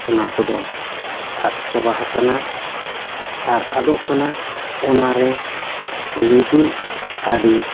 ᱚᱱᱟ ᱠᱚᱫᱚ ᱟᱫ ᱪᱟᱵᱟ ᱦᱟᱠᱟᱱᱟ ᱟᱨ ᱟᱫᱚᱜ ᱠᱟᱱᱟ ᱚᱱᱟᱨᱮ ᱢᱤᱫᱩᱜ ᱟᱹᱰᱤ